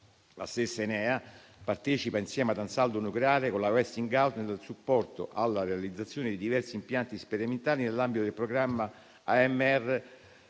La stessa Enea partecipa insieme ad Ansaldo nucleare nel supporto alla realizzazione di diversi impianti sperimentali nell'ambito del programma